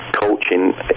coaching